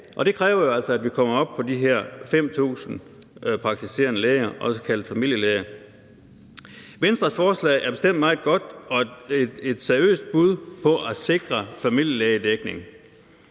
Det kræver jo altså, at vi kommer op på de her 5.000 praktiserende læger, også kaldet familielæger. Venstres forslag er bestemt meget godt og et seriøst bud på at sikre familielægedækningen.